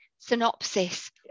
synopsis